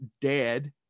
dead